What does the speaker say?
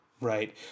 right